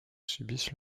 subissent